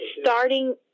starting